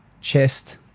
chest